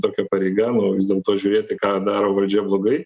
tokia pareiga nu vis dėlto žiūrėti ką daro valdžia blogai